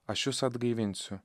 aš jus atgaivinsiu